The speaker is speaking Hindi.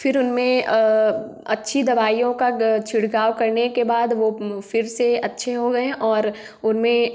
फिर उनमें अच्छी दवाइयों का छिड़काव करने के बाद वो फिर से अच्छे हो गए हैं और उनमें